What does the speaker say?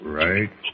right